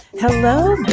hello.